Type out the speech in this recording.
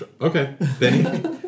Okay